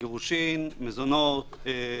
גירושין, מזונות,